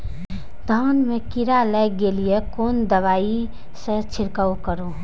धान में कीरा लाग गेलेय कोन दवाई से छीरकाउ करी?